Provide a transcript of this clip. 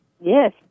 Yes